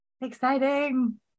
Exciting